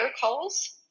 calls